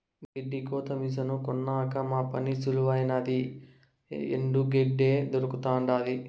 గెడ్డి కోత మిసను కొన్నాక మా పని సులువైనాది ఎండు గెడ్డే దొరకతండాది